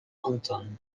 anton